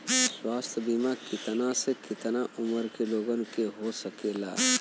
स्वास्थ्य बीमा कितना से कितना उमर के लोगन के हो सकेला?